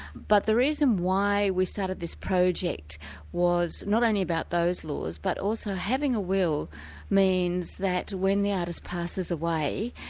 but the reason why we started this project was not only about those laws, but also having a will means that when the artist passes away,